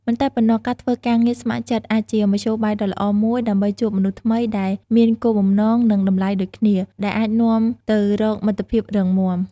មិនតែប៉ុណ្ណោះ ការធ្វើការងារស្ម័គ្រចិត្តអាចជាមធ្យោបាយដ៏ល្អមួយដើម្បីជួបមនុស្សថ្មីដែលមានគោលបំណង និងតម្លៃដូចគ្នា ដែលអាចនាំទៅរកមិត្តភាពរឹងមាំ។